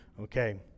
Okay